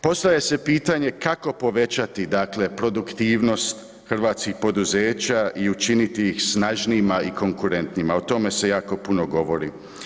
Postavlja se pitanje kako povećati produktivnost hrvatskih poduzeća i učiniti ih snažnijima i konkurentnijima, o tome se jako puno govori.